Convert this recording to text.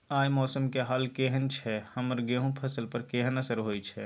आय मौसम के हाल केहन छै हमर गेहूं के फसल पर केहन असर होय छै?